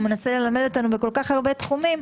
הוא מנסה ללמד אותנו בכל כך הרבה תחומים.